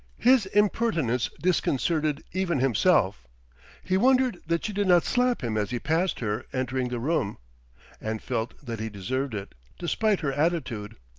his impertinence disconcerted even himself he wondered that she did not slap him as he passed her, entering the room and felt that he deserved it, despite her attitude.